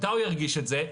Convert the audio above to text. מתי הוא ירגיש את זה?